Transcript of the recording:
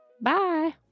Bye